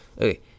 Okay